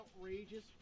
outrageous